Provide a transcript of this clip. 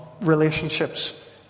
relationships